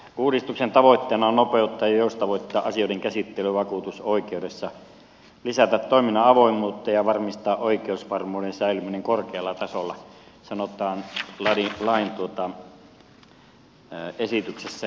uudistuksen tavoitteena on nopeuttaa ja joustavoittaa asioiden käsittelyä vakuutusoikeudessa lisätä toiminnan avoimuutta ja varmistaa oikeusvarmuuden säilyminen korkealla tasolla sanotaan lain esityksessä